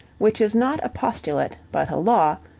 which is not a postulate but a law,